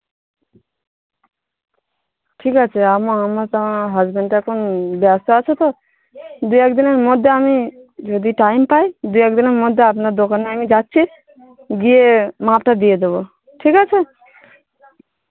ঠিক আছে আমা আমার তো হাজবেন্ড এখন ব্যস্ত আছে তো দুই এক দিনের মধ্যে আমি যদি টাইম পাই দু একদিনের মধ্যে আপনার দোকানে আমি যাচ্ছি গিয়ে মাপটা দিয়ে দেবো ঠিক আছে